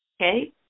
Okay